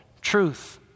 truth